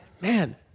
Man